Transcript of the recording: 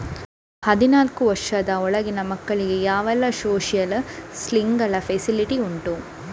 ಹದಿನಾಲ್ಕು ವರ್ಷದ ಒಳಗಿನ ಮಕ್ಕಳಿಗೆ ಯಾವೆಲ್ಲ ಸೋಶಿಯಲ್ ಸ್ಕೀಂಗಳ ಫೆಸಿಲಿಟಿ ಉಂಟು?